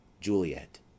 Juliet